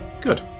good